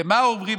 ומה אומרים?